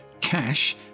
cash